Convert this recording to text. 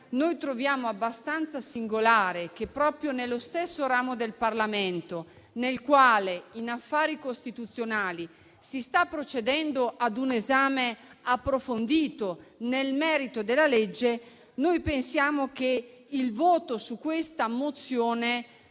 troviamo abbastanza singolare che, proprio nello stesso ramo del Parlamento nel quale in Commissione affari costituzionali si sta procedendo a un esame approfondito nel merito della legge, si voti questa mozione,